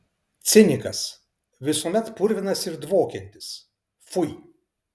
cinikas visuomet purvinas ir dvokiantis pfui